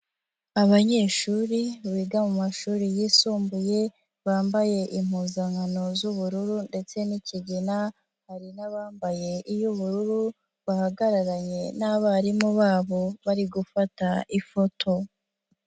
Abanyeshuri biga mu mashuri yisumbuye, bambaye impuzankano z'ubururu ndetse n'ikigina, hari n'abambaye iy'ubururu bahagararanye n'abarimu babo bari gufata ifoto.